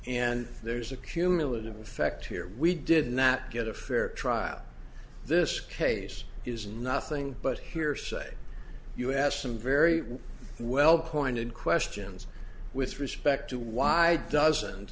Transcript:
and there's a cumulative effect here we did not get a fair trial this case is nothing but hearsay you asked some very well pointed questions with respect to why doesn't